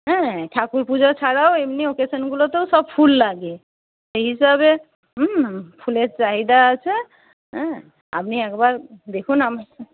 হ্যাঁ ঠাকুর পুজো ছাড়াও এমনি অকেশনগুলোতেও সব ফুল লাগে সেই হিসাবে হুম ফুলের চাহিদা আছে হ্যাঁ আপনি একবার দেখুন